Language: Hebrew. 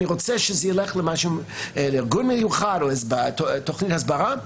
אני רוצה שזה ילך לארגון מיוחד או לתוכנית הסברה.